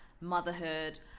motherhood